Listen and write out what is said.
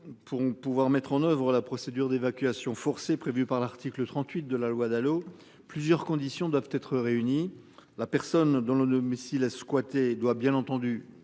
Pour pouvoir mettre en oeuvre la procédure d'évacuation forcée prévue par l'article 38 de la loi Dalo plusieurs conditions doivent être réunies, la personne dont le domicile a squatté doit bien entendu